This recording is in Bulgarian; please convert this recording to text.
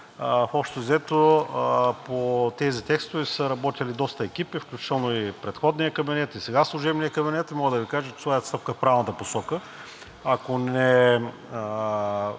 Общо взето, по тези текстове са работили доста екипи, включително и предходния кабинет, и сега служебният кабинет, и мога да Ви кажа, че това е стъпка в правилната посока.